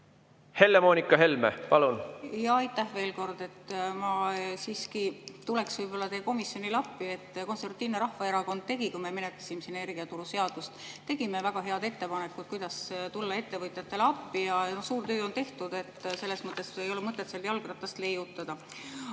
Helle-Moonika Helme, palun!